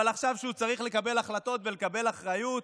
אבל עכשיו, כשהוא צריך לקבל החלטות ולקבל אחריות,